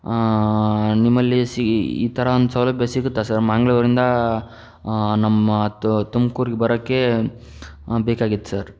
ನಿಮ್ಮಲ್ಲಿ ಸಿ ಈ ಥರ ಒಂದು ಸೌಲಭ್ಯ ಸಿಗುತ್ತಾ ಸರ್ ಮ್ಯಾಂಗಳೂರಿಂದ ನಮ್ಮ ತುಮ್ಕೂರಿಗೆ ಬರೋಕೆ ಬೇಕಾಗಿತ್ತು ಸರ್